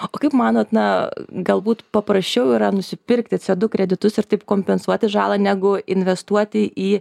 o kaip manot na galbūt paprasčiau yra nusipirkti co du kreditus ir taip kompensuoti žalą negu investuoti į